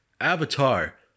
Avatar